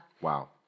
Wow